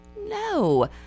no